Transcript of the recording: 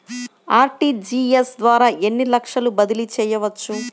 RTGS ద్వారా ఎన్ని లక్షలు బదిలీ చేయవచ్చు?